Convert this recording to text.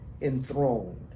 enthroned